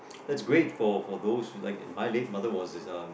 that's great for for those who like the en~ my late mother was is uh